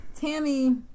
tammy